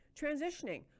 transitioning